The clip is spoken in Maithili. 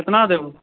कितना देबु